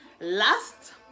last